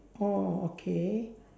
oh okay